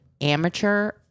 amateur